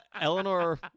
eleanor